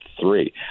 three